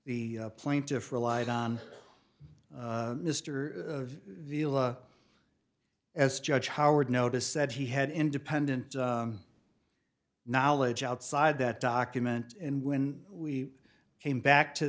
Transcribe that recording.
the plaintiff relied on mister as judge howard notice said he had independent knowledge outside that document and when we came back to